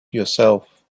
yourself